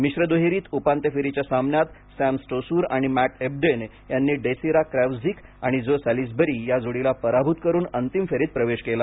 मिश्र दुहेरीत उपांत्य फेरीच्या सामन्यात सॅम स्टोसुर आणि मॅट एबडेन यांनी डेसिरा क्रॅव्हझिक आणि जो सॅलिसबरी या जोडीला पराभूत करून अंतिम फेरीत प्रवेश केला